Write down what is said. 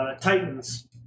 Titans